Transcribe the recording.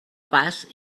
pas